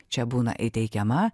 čia būna įteikiama